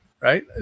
right